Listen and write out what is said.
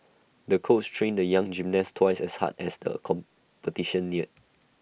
the coach trained the young gymnast twice as hard as the competition neared